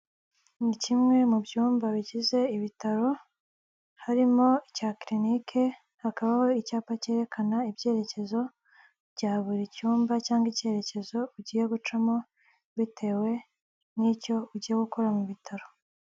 Ni kimwe mu byumba bigize ibitaro